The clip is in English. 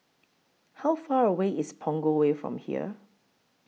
How Far away IS Punggol Way from here